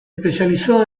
especializó